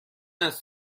است